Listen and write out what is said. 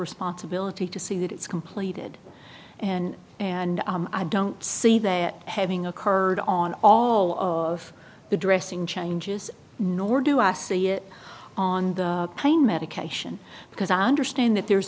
responsibility to see that it's completed and and i don't see that having occurred on all of the dressing changes nor do i see it on the pain medication because i understand that there's